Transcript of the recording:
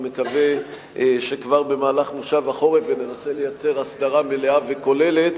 אני מקווה שכבר במהלך כנס החורף וננסה לייצר הסדרה מלאה וכוללת.